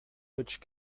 which